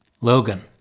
Logan